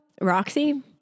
Roxy